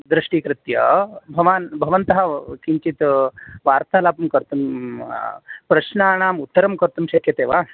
दृष्टीकृत्य भवान् भवन्तः किञ्चित् वार्तालापं कर्तुं प्रश्नाणाम् उत्तरं कर्तुं शक्यते वा